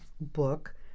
book